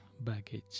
baggage